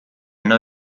know